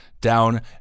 down